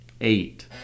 Eight